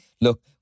look